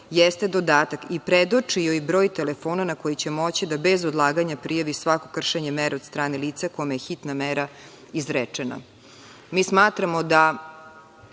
jeste dodatak „i predoči joj broj telefona na koji će moći da bez odlaganja prijavi svako kršenje mere od strane lica kome je hitna mera izrečena.“Smatramo da